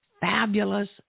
fabulous